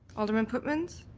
alderman pootmans?